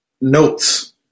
notes